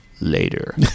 later